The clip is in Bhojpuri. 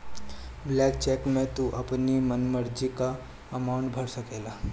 ब्लैंक चेक में तू अपनी मन मर्जी कअ अमाउंट भर सकेला